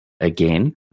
again